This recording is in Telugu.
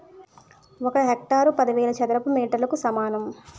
ఒక హెక్టారు పదివేల చదరపు మీటర్లకు సమానం